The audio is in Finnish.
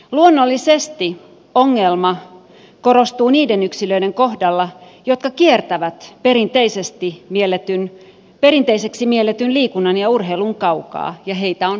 luonnollisesti ongelma korostuu niiden yksilöiden kohdalla jotka kiertävät perinteiseksi mielletyn liikunnan ja urheilun kaukaa ja heitä on valitettavan paljon